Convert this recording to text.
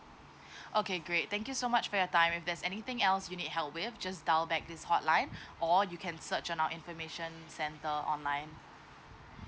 okay great thank you so much for your time if there's anything else you need help with just dial back this hotline or you can search on our information centre online